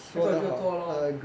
要做就做 lor